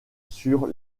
sur